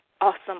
awesome